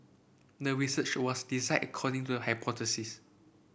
the research was designed according to hypothesis